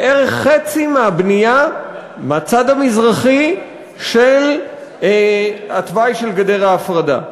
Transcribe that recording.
בערך חצי מהבנייה בצד המזרחי של התוואי של גדר ההפרדה.